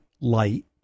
light